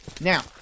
Now